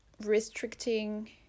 restricting